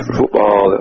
football